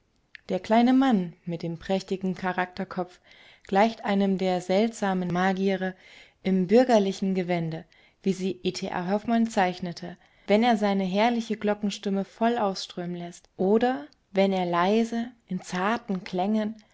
der kleine mann mit dem prächtigen charakterkopf gleicht einem der seltsamen magiere im bürgerlichen gewände wie sie e t a hoffmann zeichnete wenn er seine herrliche glockenstimme voll ausströmen läßt oder wenn er leise in zarten klängen